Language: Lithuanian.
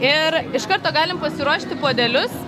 ir iš karto galim pasiruošti puodelius